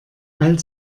all